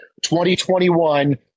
2021